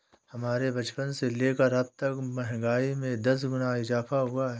हमारे बचपन से लेकर अबतक महंगाई में दस गुना इजाफा हुआ है